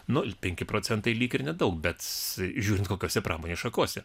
nu penki procentai lyg ir nedaug bet žiūrint kokiose pramonės šakose